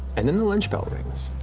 and then the lunch bell rings.